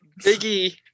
Biggie